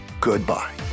goodbye